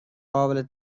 قابل